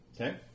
Okay